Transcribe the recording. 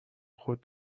خود